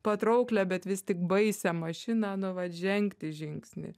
patrauklią bet vis tik baisią mašiną nu vat žengti žingsnį